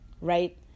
right